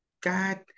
God